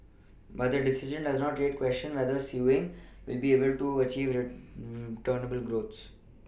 but the decision does raise the question whether Sewing will be able to achieve growth